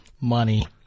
Money